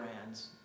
brands